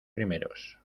primeros